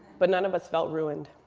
but none of us felt ruined.